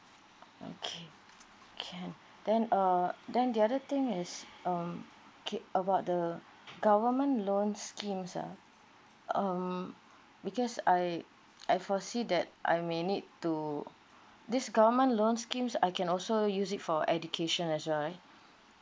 okay can then uh then the other thing is um okay about the government loan schemes ah um because I I foresee that I may need to this government loan scheme I can also use it for education as well right